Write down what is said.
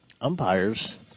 umpires